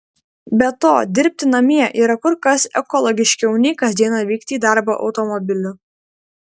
be to dirbti namie yra kur kas ekologiškiau nei kas dieną vykti į darbą automobiliu